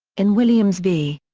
in williams v.